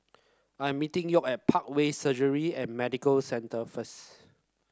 I'm meeting York at Parkway Surgery and Medical Centre first